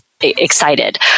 excited